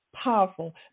powerful